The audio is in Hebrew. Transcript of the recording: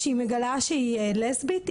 שהיא מגלה שהיא לסבית,